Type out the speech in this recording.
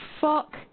fuck